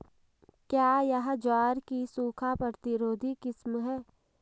क्या यह ज्वार की सूखा प्रतिरोधी किस्म है?